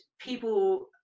people